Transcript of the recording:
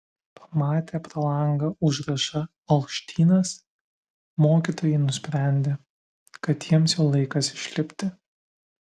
pamatę pro langą užrašą olštynas mokytojai nusprendė kad jiems jau laikas išlipti